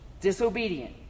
disobedient